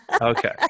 Okay